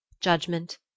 judgment